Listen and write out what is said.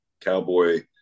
cowboy